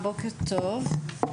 בוקר טוב.